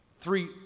three